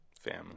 family